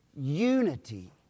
unity